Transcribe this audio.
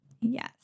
Yes